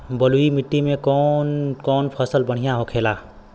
बलुई मिट्टी में कौन कौन फसल बढ़ियां होखेला?